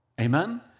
Amen